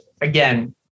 again